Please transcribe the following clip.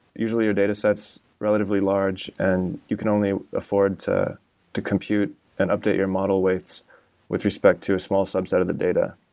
usually, your dataset is relatively large and you can only afford to to compute and update your model weight with respect to a small subset of the data.